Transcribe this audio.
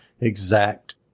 exact